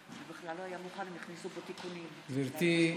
גברתי,